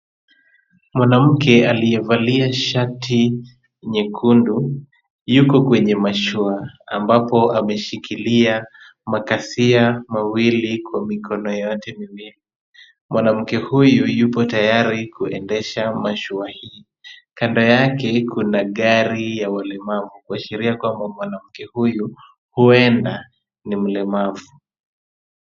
Mwanamke aliyevalia shati nyekundu yuko kwenye mashua, ambako ameshikilia makasia mawili kwa mikono yote miwili. Mwanamke huyu yupo tayari kuendesha mashua hii. Kando yake kuna gari ya walemvu kuashiria kwamba, mwanamke huyu huenda ni mlemavu.